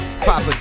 Papa